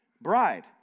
bride